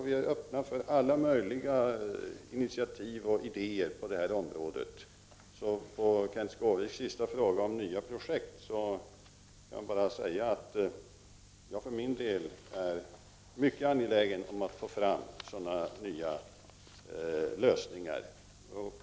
Vi är öppna för alla möjliga initiativ och idéer på det här området. På Kenth Skårviks sista fråga om nya projekt kan jag bara säga att jag för min del är mycket angelägen om att få fram nya lösningar.